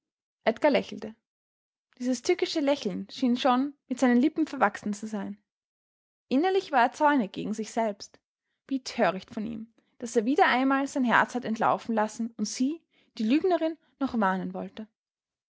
edgar lächelte dieses tückische lächeln schien schon mit seinen lippen verwachsen zu sein innerlich war er zornig gegen sich selbst wie töricht von ihm daß er wieder einmal sein herz hat entlaufen lassen und sie die lügnerin noch warnen wollte